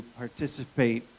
participate